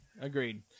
Agreed